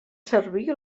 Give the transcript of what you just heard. servir